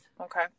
Okay